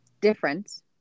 difference